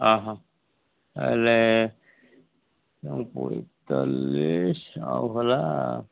ହଁ ହଁ ହେଲେ ଆଉ ହେଲା